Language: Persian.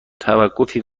توقفی